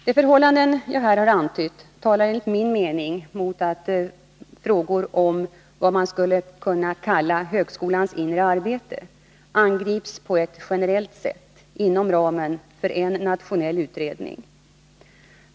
De förhållanden jag här har antytt talar enligt min mening mot att frågor om vad man skulle kunna kalla ”högskolans inre arbete” angrips på ett generellt sätt inom ramen för en nationell utredning.